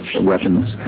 weapons